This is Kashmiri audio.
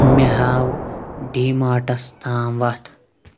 مےٚ ہاو ڈی ماٹس تام وتھ